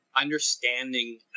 understanding